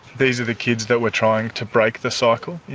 these are the kids that we're trying to break the cycle,